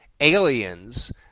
aliens